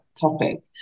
topic